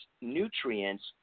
nutrients